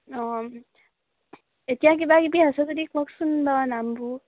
অঁ এতিয়া কিবাকিবি আছে যদি কওকচোন বাৰু নামবোৰ